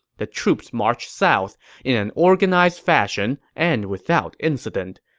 the troops marched south in an organized fashion and without incident,